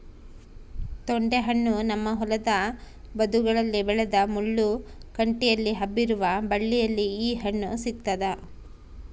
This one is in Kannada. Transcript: ತೊಂಡೆಹಣ್ಣು ನಮ್ಮ ಹೊಲದ ಬದುಗಳಲ್ಲಿ ಬೆಳೆದ ಮುಳ್ಳು ಕಂಟಿಯಲ್ಲಿ ಹಬ್ಬಿರುವ ಬಳ್ಳಿಯಲ್ಲಿ ಈ ಹಣ್ಣು ಸಿಗ್ತಾದ